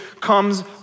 comes